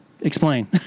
Explain